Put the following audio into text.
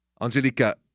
Angelica